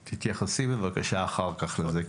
תתייחסי, בבקשה, אחר כך לזה.